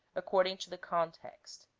according to the context.